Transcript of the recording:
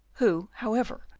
who, however,